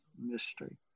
mystery